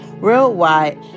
worldwide